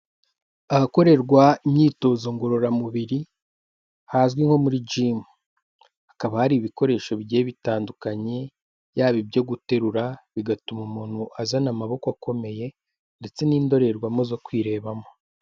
Ahakorerwa imyitozo ngororamubiri, hazwi nko muri jimu. Hakaba hari ibikoresho bigiye bitandukanye, yaba ibyo guterura bigatuma umuntu azana amaboko akomeye, ndetse n'indorerwamo zo kwirebamo.